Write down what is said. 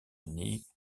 unis